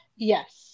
Yes